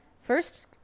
First